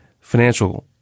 Financial